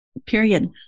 period